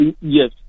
Yes